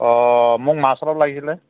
অঁ মোক মাছ অলপ লাগিছিলে